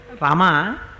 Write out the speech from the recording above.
Rama